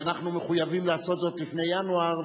ואנחנו מחויבים לעשות זאת לפני ינואר,